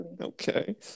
Okay